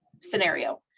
scenario